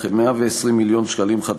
לכ-120 מיליון ש"ח,